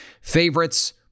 favorites